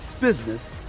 business